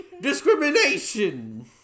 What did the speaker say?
discrimination